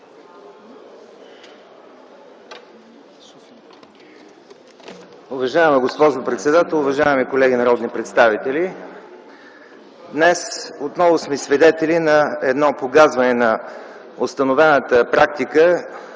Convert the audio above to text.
Уважаема госпожо председател, уважаеми колеги народни представители! Днес отново сме свидетели на погазване на установената практика